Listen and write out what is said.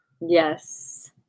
Yes